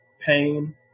pain